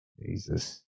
Jesus